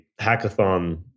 hackathon